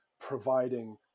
providing